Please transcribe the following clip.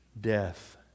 death